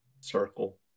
Circle